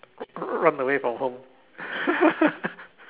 run away from home